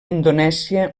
indonèsia